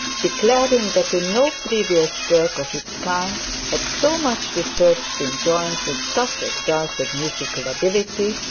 declaring that in no previous work of its kind had so much research been joined with such exalted musical ability,